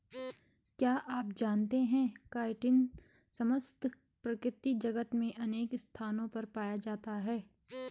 क्या आप जानते है काइटिन समस्त प्रकृति जगत में अनेक स्थानों पर पाया जाता है?